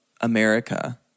America